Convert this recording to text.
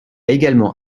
également